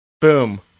Boom